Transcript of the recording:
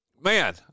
man